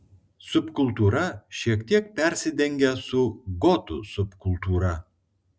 subkultūra šiek tiek persidengia su gotų subkultūra